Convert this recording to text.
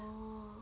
orh